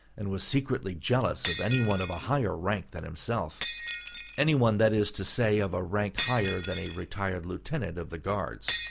and was secretly jealous of any one of a higher rank than himself any one, that is to say, of a rank higher than a retired lieutenant of the guards.